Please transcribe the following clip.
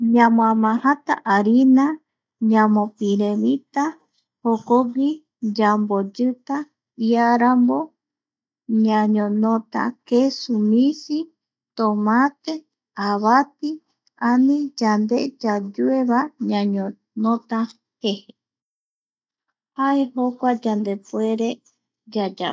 Ñamoamajata harina yamopirerita jokogui yamboyita iarambo ñañonota kesu misi, tomate avati ani yande yayue va ñañonota jejae jae jokua yandepuere yayapo.